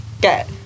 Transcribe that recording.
get